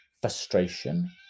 frustration